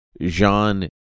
jean